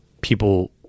people